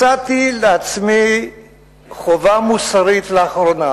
מצאתי לעצמי חובה מוסרית לאחרונה,